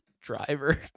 driver